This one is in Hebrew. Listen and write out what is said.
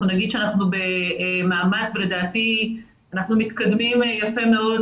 אנחנו נאמר שאנחנו במאמץ ולדעתי אנחנו מתקדמים יפה מאוד